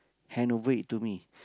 hand over it to me